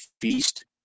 feast